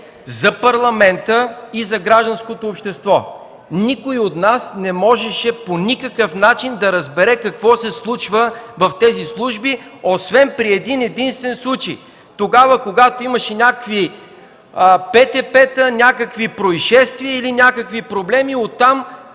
за Парламента и за гражданското общество. Никой от нас не можеше по никакъв начин да разбере какво се случва в тези служби, освен при един-единствен случай – тогава, когато имаше някакви ПТП-та, някакви произшествия или някакви проблеми, и оттам